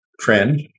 trend